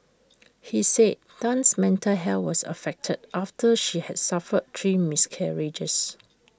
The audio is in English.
he said Tan's mental health was affected after she had suffered three miscarriages